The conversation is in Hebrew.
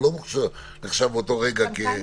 גם הוא לא נחשב באותו רגע כחיוני.